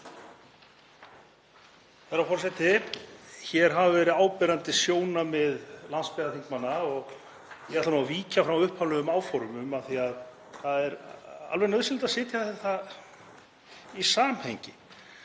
Herra forseti. Hér hafa verið áberandi sjónarmið landsbyggðarmanna og ég ætla nú að víkja frá upphaflegum áformum því að það er alveg nauðsynlegt að setja þetta í samhengi.